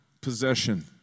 possession